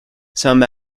some